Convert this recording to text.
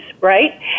right